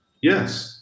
Yes